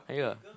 ah yeah